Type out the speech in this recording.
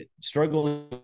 struggling